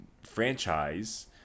franchise